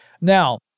Now